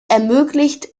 ermöglicht